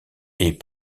est